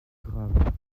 grave